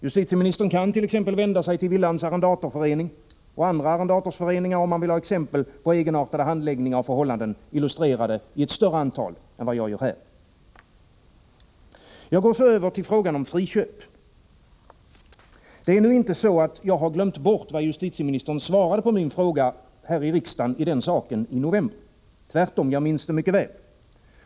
Justitieministern kan ju vända sig till Villands arrendatorförening eller till andra arrendatorföreningar, om han vill ha egenartade handläggningar och förhållanden illustrerade i större antal. Jag går så över till frågan om friköp. Det är inte så, att jag har glömt bort vad justitieministern svarade på min fråga här i riksdagen i den saken i november. Tvärtom — jag minns det mycket väl.